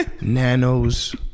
nanos